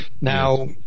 now